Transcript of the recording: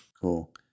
Cool